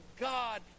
God